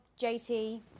JT